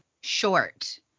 short